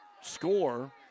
score